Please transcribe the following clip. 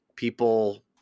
People